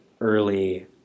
early